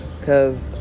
Cause